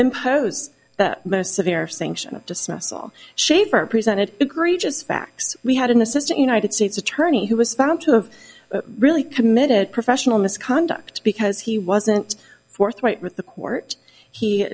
impose the most severe sanction of dismissal shaver presented egregious facts we had an assistant united states attorney who was found to have really committed professional misconduct because he wasn't forthright with the court he